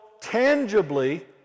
tangibly